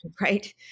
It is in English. Right